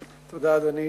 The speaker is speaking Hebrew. אדוני,